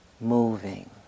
moving